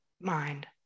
mind